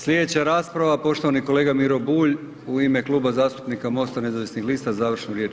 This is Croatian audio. Sljedeća raspravu poštovani kolega Miro Bulj u ime Klub zastupnika MOST-a Nezavisnih lista završnu riječ.